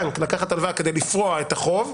כדי לפרוע את החוב,